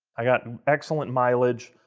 i got excellent mileage,